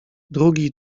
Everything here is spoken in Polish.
drugi